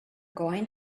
going